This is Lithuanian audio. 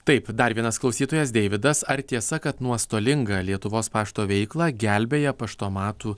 taip dar vienas klausytojas deividas ar tiesa kad nuostolingą lietuvos pašto veiklą gelbėja paštomatų